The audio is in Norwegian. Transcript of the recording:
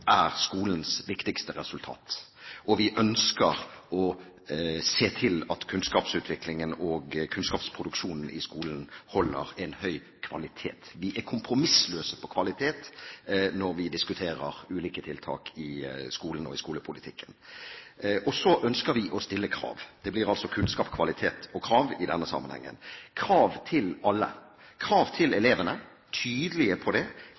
er skolens viktigste resultat, og vi ønsker å se til at kunnskapsutviklingen og kunnskapsproduksjonen i skolen holder en høy kvalitet. Vi er kompromissløse på kvalitet når vi diskuterer ulike tiltak i skolen og i skolepolitikken, og så ønsker vi å stille krav. Det blir altså kunnskap, kvalitet og krav, i denne sammenhengen krav til alle: krav til elevene, vi er tydelige på det,